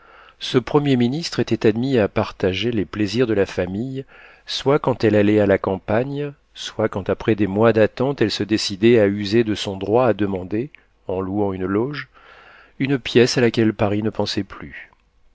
ce premier ministre était admis à partager les plaisirs de la famille soit quand elle allait à la campagne soit quand après des mois d'attente elle se décidait à user de son droit à demander en louant une loge une pièce à laquelle paris ne pensait plus